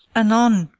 anon.